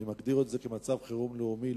אני מגדיר את זה כמצב חירום לאומי,